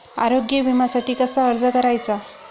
आरोग्य विम्यासाठी कसा अर्ज करायचा?